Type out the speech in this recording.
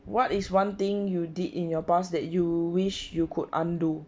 what is one thing you did in your pass that you wish you could undo